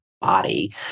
body